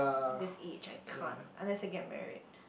this age I can't unless I get married